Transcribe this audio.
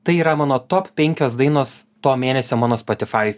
tai yra mano top penkios dainos to mėnesio mano spotify